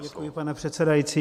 Děkuji, pane předsedající.